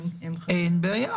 כן.